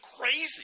crazy